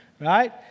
right